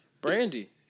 Brandy